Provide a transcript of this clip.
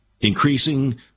increasing